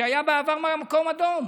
שהיה בעבר מקום אדום,